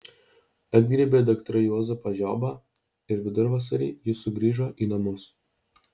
atgriebė daktarai juozapą žiobą ir vidurvasarį jis sugrįžo į namus